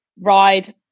ride